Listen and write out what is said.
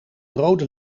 rode